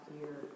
year